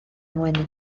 wenu